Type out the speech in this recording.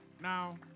Now